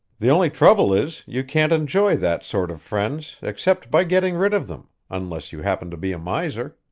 the only trouble is, you can't enjoy that sort of friends except by getting rid of them, unless you happen to be a miser.